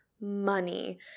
money